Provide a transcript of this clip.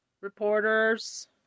reporters